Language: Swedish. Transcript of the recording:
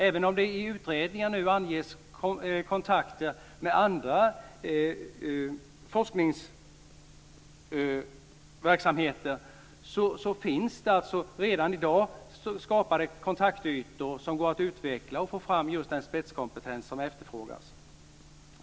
Även om det i utredningar nu anges kontakter med andra forskningsverksamheter, finns det alltså redan i dag skapade kontaktytor som går att utveckla och det går att få fram just den spetskompetens som efterfrågas.